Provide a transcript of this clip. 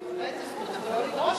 בוודאי זה זכות, אבל לא לדרוש,